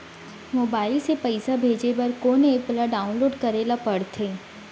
Mobile से पइसा भेजे बर कोन एप ल डाऊनलोड करे ला पड़थे?